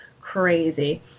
crazy